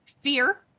Fear